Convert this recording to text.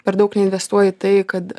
per daug neinvestuoji į tai kad